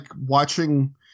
watching